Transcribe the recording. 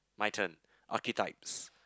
my turn archetypes